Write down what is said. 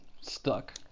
stuck